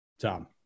Tom